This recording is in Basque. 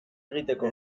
egiteko